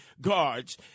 guards